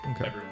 Okay